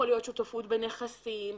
יכול להיות שותפות בנכסים.